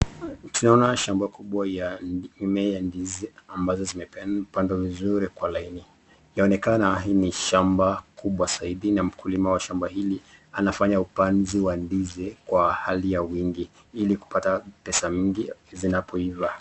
Tunaona shamba kubwa ya mimea ya ndizi ambazo zimepangwa vizuri kwa laini. Yaonekana hii ni shamba kubwa zaidi na mkulima wa shamba hili anafanya upanzi wa ndizi kwa hali ya wingi ili kupata pesa mingi zinapoiva.